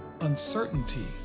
uncertainty